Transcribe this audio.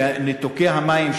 וניתוקי המים,